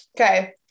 Okay